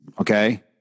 Okay